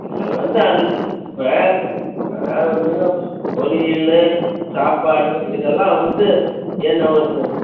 நீங்கள் வந்து அதுக்கு இப்ப அதாவது வந்துங்க பொரியல் சாப்பாடு இதெல்லாம் வந்து என்ன ஒரு